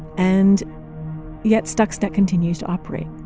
and yet stuxnet continues to operate,